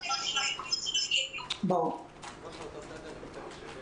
בתקופה הזו של הקורונה היה שחרור מיוחד של חודש ימים לפני השחרור